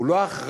הוא לא אחראי,